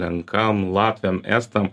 lenkam latviam estam